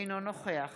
אינו נוכח